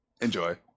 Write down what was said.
Enjoy